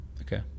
Okay